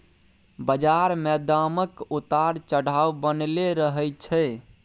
बजार मे दामक उतार चढ़ाव बनलै रहय छै